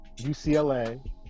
UCLA